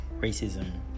racism